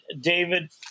david